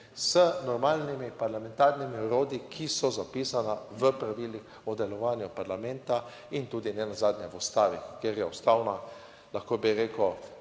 Z normalnimi parlamentarnimi orodji, ki so zapisana v pravilih o delovanju parlamenta in tudi nenazadnje v Ustavi, kjer je ustavna, lahko bi rekel,